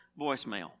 voicemail